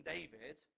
David